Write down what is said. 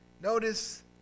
Notice